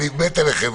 אני מת עליכם,